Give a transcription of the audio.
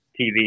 TV